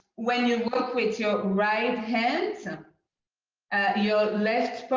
when you work with your right hand, so ah your left